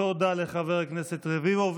תודה לחבר הכנסת רביבו.